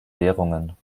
währungen